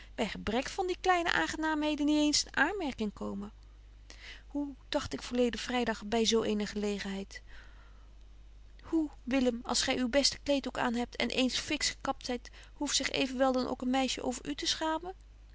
by gebrek van die kleine aangenaamheden niet eens in aanmerking komen hoe dagt ik voorleden vrydag by betje wolff en aagje deken historie van mejuffrouw sara burgerhart zo eene gelegenheid hoe willem als gy uw beste kleed ook aan hebt en eens fiks gekapt zyt hoeft zich evenwel dan ook een meisje over u te schamen